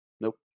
nope